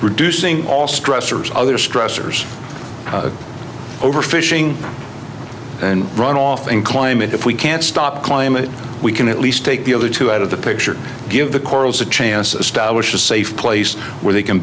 reducing all stressors other stressors overfishing and runoff in climate if we can stop climate we can at least take the other two out of the picture give the corals a chance stablish a safe place where they can